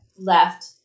left